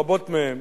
רבות מהן,